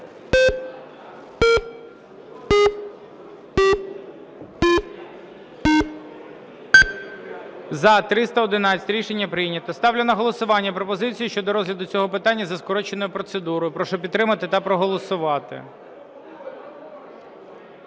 За-311 Рішення прийнято. Ставлю на голосування пропозицію щодо розгляду цього питання за скороченою процедурою. Прошу підтримати та проголосувати.